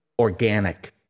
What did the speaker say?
Organic